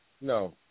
no